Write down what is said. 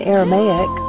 Aramaic